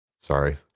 Sorry